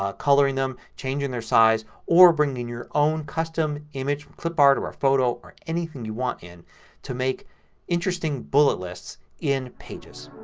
ah coloring them. changing their size or bringing in your own custom image clipart or a photo or anything you want in to make interesting bullet lists in pages.